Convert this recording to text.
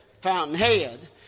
Fountainhead